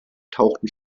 tauchen